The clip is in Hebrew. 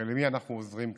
הרי למי אנחנו עוזרים כאן?